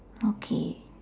okay